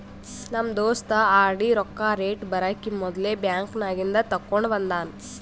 ನಮ್ ದೋಸ್ತ ಆರ್.ಡಿ ರೊಕ್ಕಾ ಡೇಟ್ ಬರಕಿ ಮೊದ್ಲೇ ಬ್ಯಾಂಕ್ ನಾಗಿಂದ್ ತೆಕ್ಕೊಂಡ್ ಬಂದಾನ